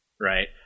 Right